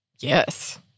Yes